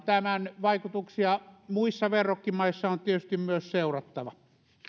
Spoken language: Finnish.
tämän vaikutuksia muissa verrokkimaissa on tietysti myös seurattava